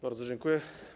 Bardzo dziękuję.